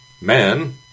man